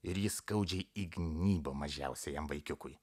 ir ji skaudžiai įgnybo mažiausiajam vaikiukui